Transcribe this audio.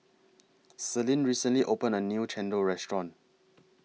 Celine recently opened A New Chendol Restaurant